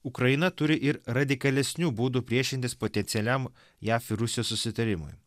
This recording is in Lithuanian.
ukraina turi ir radikalesnių būdų priešintis potencialiam jav ir rusijos susitarimui